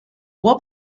può